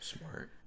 Smart